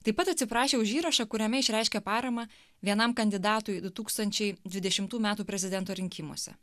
taip pat atsiprašė už įrašą kuriame išreiškė paramą vienam kandidatui du tūkstančiai dvidešimų metų prezidento rinkimuose